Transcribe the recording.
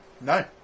No